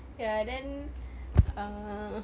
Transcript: ya then err